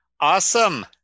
Awesome